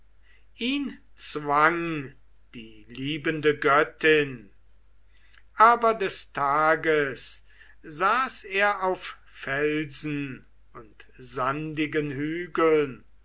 ihn zwang die liebende göttin aber des tages saß er auf felsen und sandigen hügeln